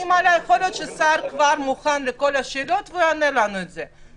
יכול להיות שהשר כבר מוכן לכול השאלות ויענו לנו על זה.